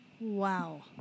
Wow